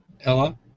Ella